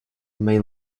male